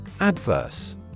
Adverse